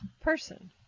person